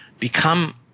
become